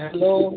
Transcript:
hello